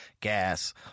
gas